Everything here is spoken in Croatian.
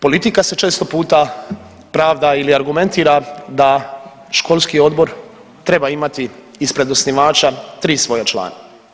Politika se često puta pravda ili argumentira da školski odbor treba imati ispred osnivača 3 svoja člana.